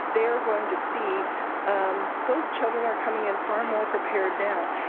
they're going to see those children are coming in far more prepared now.